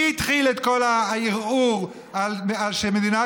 מי התחיל את כל הערעור על זה שמדינת